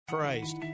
Christ